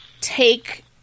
take